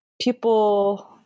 people